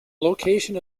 location